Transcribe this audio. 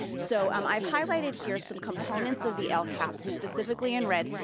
so um i've highlighted here some components of the lcap, specifically in red,